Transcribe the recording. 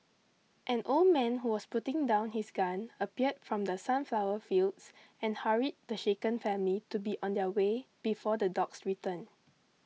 an old man who was putting down his gun appeared from the sunflower fields and hurried the shaken family to be on their way before the dogs return